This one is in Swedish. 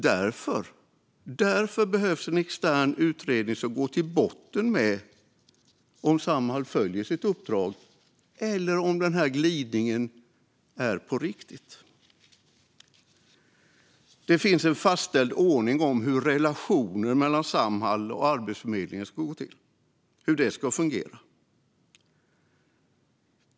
Därför behövs en extern utredning som går till botten med om Samhall följer sitt uppdrag eller om den här glidningen är på riktigt. Det finns en fastställd ordning för hur relationen mellan Samhall och Arbetsförmedlingen ska fungera.